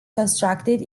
constructed